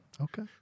Okay